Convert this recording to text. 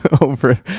over